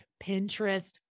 Pinterest